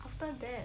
after that